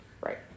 Right